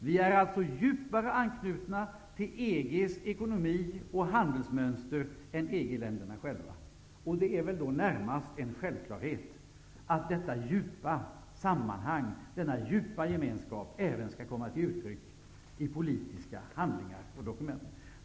Vi är alltså djupare anknutna till EG:s ekonomi och handelsmönster än EG-länderna själva. Det är väl närmast en självklarhet att denna djupa gemenskap även skall komma till uttryck i politiska handlingar och dokument.